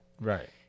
Right